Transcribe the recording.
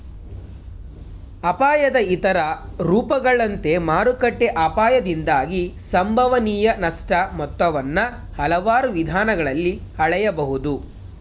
ಅಪಾಯದ ಇತರ ರೂಪಗಳಂತೆ ಮಾರುಕಟ್ಟೆ ಅಪಾಯದಿಂದಾಗಿ ಸಂಭವನೀಯ ನಷ್ಟ ಮೊತ್ತವನ್ನ ಹಲವಾರು ವಿಧಾನಗಳಲ್ಲಿ ಹಳೆಯಬಹುದು